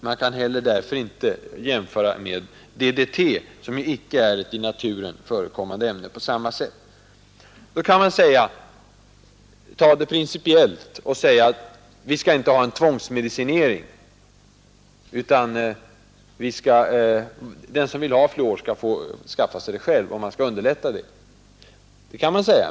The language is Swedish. Man kan därför heller inte jämföra med DDT, som icke är ett i naturen på samma sätt förekommande ämne. Då kan man ta det principiellt och säga att vi skall inte ha en tvångsmedicinering utan den som vill ha fluor skall skaffa sig det själv och man skall underlätta det.